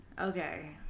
Okay